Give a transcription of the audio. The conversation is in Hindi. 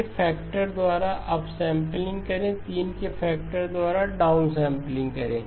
4 के फैक्टर द्वारा अप सैंपलिंग करें 3 के फैक्टर द्वारा डाउन सैंपलिंग करें